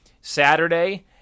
Saturday